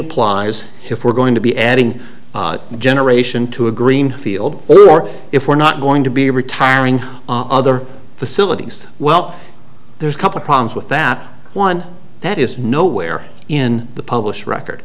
applies if we're going to be adding generation to a green field or if we're not going to be retiring other facilities well there's a couple problems with that one that is nowhere in the published record